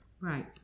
Right